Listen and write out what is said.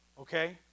okay